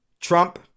Trump